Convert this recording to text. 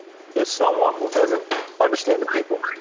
is someone who doesn't understand the people.